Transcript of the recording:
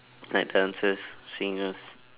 like dancers singers